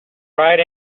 right